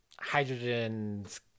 hydrogen's